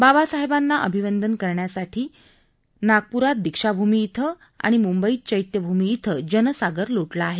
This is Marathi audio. बाबसाहेबाना अभिवादन करण्यासाठी नागप्रात दिक्षाभूमी ञिं आणि मुंबईत चैत्यभूमी ञिं जनसागर लोटला आहे